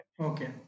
Okay